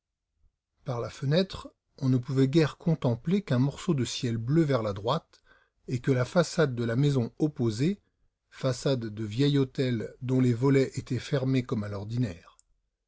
par la fenêtre on ne pouvait guère contempler qu'un morceau de ciel bleu vers la droite et que la façade de la maison opposée façade de vieil hôtel dont les volets étaient fermés comme à l'ordinaire